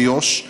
ביו"ש,